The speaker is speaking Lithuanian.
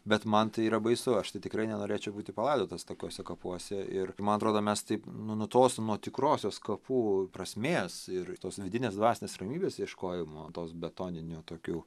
bet man tai yra baisu aš tai tikrai nenorėčiau būti palaidotas tokiuose kapuose ir man atrodo mes taip nu nutolstam nuo tikrosios kapų prasmės ir tos vidinės dvasinės ramybės ieškojimo tos betoninių tokių